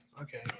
Okay